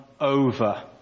over